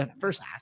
first